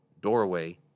doorway